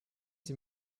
sie